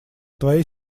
твоей